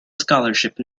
scholarship